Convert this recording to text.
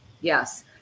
Yes